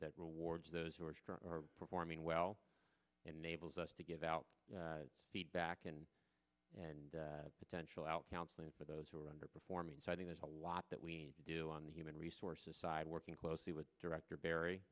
that rewards those who are performing well and mabel's us to give out feedback in and potential out canceling for those who are underperforming so i think there's a lot that we need to do on the human resources side working closely with director barry